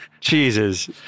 Jesus